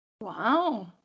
Wow